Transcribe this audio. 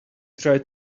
try